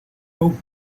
ook